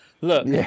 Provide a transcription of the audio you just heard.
Look